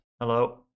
Hello